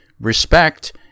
respect